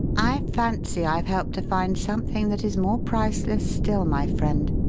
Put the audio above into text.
i fancy i've helped to find something that is more priceless still, my friend,